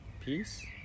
peace